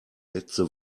letzte